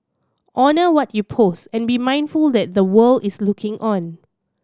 honour what you post and be mindful that the world is looking on